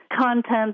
content